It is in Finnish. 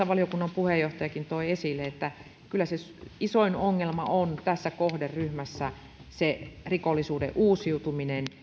valiokunnan puheenjohtajakin toi esille kyllä se isoin ongelma on tässä kohderyhmässä rikollisuuden uusiutuminen